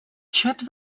chad